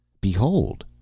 Behold